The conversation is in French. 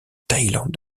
thaïlande